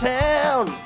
town